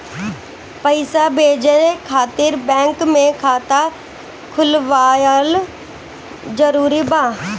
पईसा भेजे खातिर बैंक मे खाता खुलवाअल जरूरी बा?